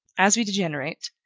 as we degenerate,